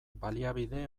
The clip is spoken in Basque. baliabide